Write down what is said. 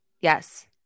Yes